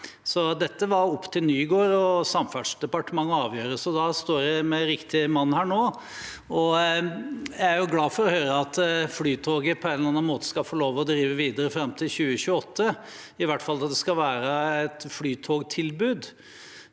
Dette var opp til statsråd Nygård og Samferdselsdepartementet å avgjøre. Så da står jeg med riktig mann her nå. Jeg er glad for å høre at Flytoget på en eller annen måte skal få lov til å drive videre fram til 2028, i hvert fall at det skal være et flytogtilbud.